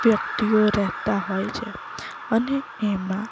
વ્યક્તિઓ રહેતા હોય છે અને એમાં